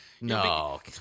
no